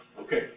Okay